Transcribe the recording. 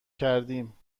کردیم